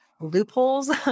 loopholes